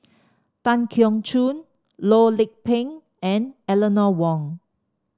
Tan Keong Choon Loh Lik Peng and Eleanor Wong